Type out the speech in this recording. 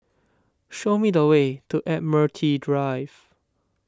show me the way to Admiralty Drive